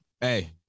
Hey